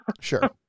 Sure